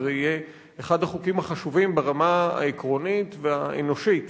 וזה יהיה אחד החוקים החשובים ברמה העקרונית והאנושית